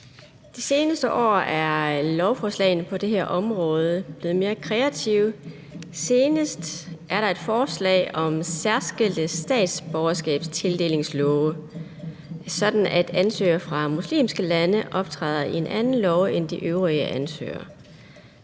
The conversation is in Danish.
De seneste år er lovforslagene på det her område blevet mere kreative. Senest har der været et forslag om særskilte statsborgerskabstildelingslovforslag, sådan at ansøgere fra muslimske lande optræder på et andet lovforslag end de øvrige ansøgere.